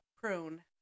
prune